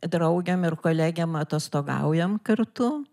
draugėm ir kolegėm atostogaujam kartu